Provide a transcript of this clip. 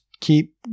keep